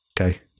Okay